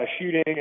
shooting